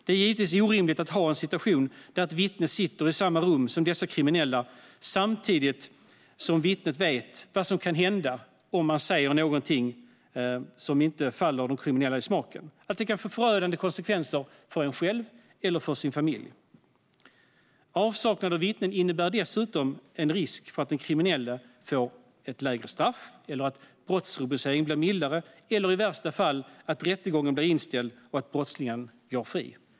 Det är givetvis orimligt att ha en situation där ett vittne sitter i samma rum som dessa kriminella, samtidigt som vittnet vet vad som kan hända om man säger någonting som inte faller de kriminella i smaken - det kan få förödande konsekvenser för en själv eller för ens familj. Avsaknad av vittnen innebär dessutom en risk för att den kriminelle får ett lägre straff, att brottsrubriceringen blir mildare eller i värsta fall att rättegången blir inställd och att brottslingen går fri.